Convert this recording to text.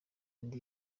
indi